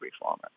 reformer